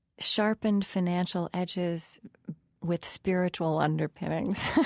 sharpened financial edges with spiritual underpinnings.